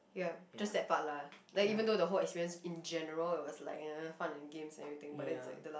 ya just that part lah then even though the whole experience in general it was like fun and games and everything but then the last